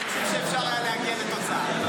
ואני חושב שאפשר היה להגיע לתוצאה.